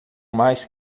mais